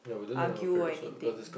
argue or anything